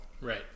right